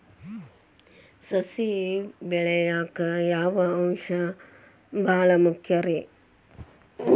ಸಸಿ ಬೆಳೆಯಾಕ್ ಯಾವ ಅಂಶ ಭಾಳ ಮುಖ್ಯ ರೇ?